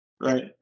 Right